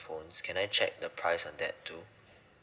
phones can I check the price on that too